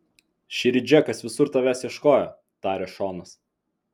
šįryt džekas visur tavęs ieškojo tarė šonas